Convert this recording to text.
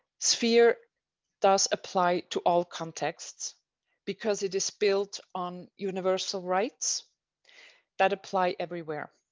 sphere does apply to all contexts because it is built on universal rights that apply everywhere.